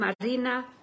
Marina